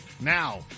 now